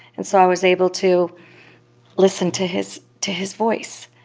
and so i was able to listen to his to his voice.